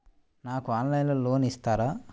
నాకు ఆన్లైన్లో లోన్ ఇస్తారా?